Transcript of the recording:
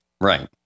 Right